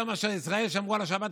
יותר מאשר ישראל שמרו על השבת,